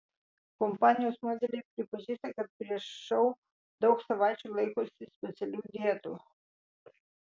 kompanijos modeliai pripažįsta kad prieš šou daug savaičių laikosi specialių dietų